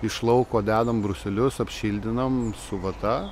iš lauko dedam bruselius apšildinam su vata